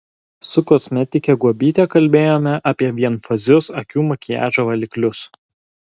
su kosmetike guobyte kalbėjome apie vienfazius akių makiažo valiklius